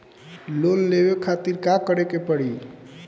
Loan लेवे खातिर का करे के पड़ी?